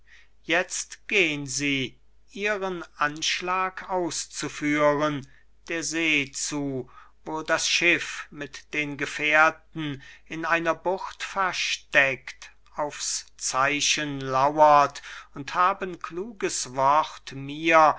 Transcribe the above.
jetzt gehn sie ihren anschlag auszuführen der see zu wo das schiff mit den gefährten in einer bucht versteckt auf's zeichen lauert und haben kluges wort mir